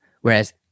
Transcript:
Whereas